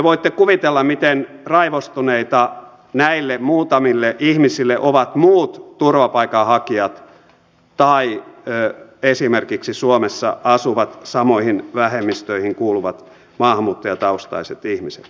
voitte kuvitella miten raivostuneita näille muutamille ihmisille ovat muut turvapaikanhakijat tai esimerkiksi suomessa asuvat samoihin vähemmistöihin kuuluvat maahanmuuttajataustaiset ihmiset